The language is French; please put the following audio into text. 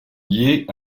liées